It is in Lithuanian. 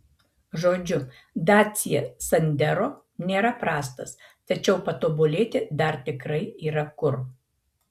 žodžiu dacia sandero nėra prastas tačiau patobulėti dar tikrai yra kur